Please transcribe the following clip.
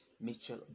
Mitchell